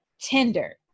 tender